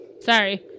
sorry